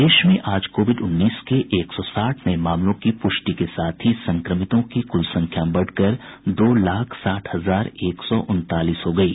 प्रदेश में आज कोविड उन्नीस के एक सौ साठ नये मामलों की पूष्टि के साथ ही संक्रमितों की कुल संख्या बढ़कर दो लाख साठ हजार एक सौ उनतालीस हो गयी